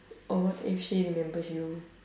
or if she remembers you